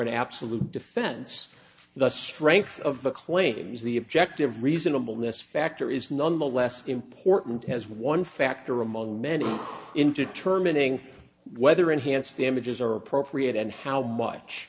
an absolute defense the strength of the claims the objective reasonableness factor is nonetheless important as one factor among many in determining whether enhanced damages are appropriate and how much